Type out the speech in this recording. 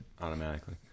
automatically